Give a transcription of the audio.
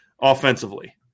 offensively